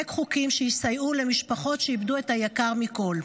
חוקים שיסייעו למשפחות שאיבדו את היקר מכול.